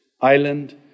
island